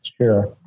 Sure